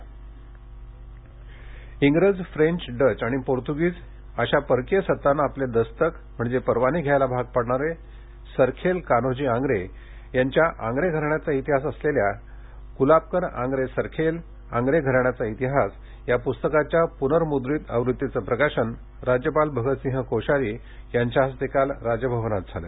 राज्यपाल इंग्रज French Dutch आणि पोर्त्गीज अशा परकीय सत्तांना आपले दस्तक म्हणजे परवाने घ्यायला भाग पाडणारे सरखेल कान्होजी आंग्रे यांच्या आंग्रे घराण्याचा इतिहास असलेल्या कुलाबकर आंग्रे सरखेल आंग्रे घराण्याचा इतिहास या पुस्तकाच्या पुनर्मुद्रित आवृत्तीचं प्रकाशन राज्यपाल भगतसिंह कोश्यारी यांच्या हस्ते काल राजभवनात झालं